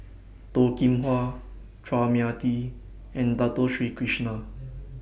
Toh Kim Hwa Chua Mia Tee and Dato Sri Krishna